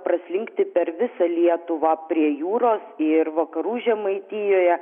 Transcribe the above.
praslinkti per visą lietuvą prie jūros ir vakarų žemaitijoje